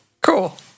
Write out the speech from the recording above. Cool